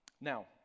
Now